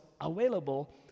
available